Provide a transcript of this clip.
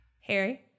Harry